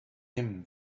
him